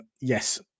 Yes